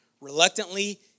Reluctantly